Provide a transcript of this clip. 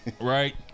right